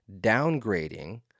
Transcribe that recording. downgrading